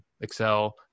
Excel